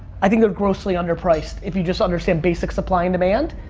i think they're grossly under-priced, if you just understand basic supply and demand.